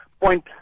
point